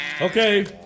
Okay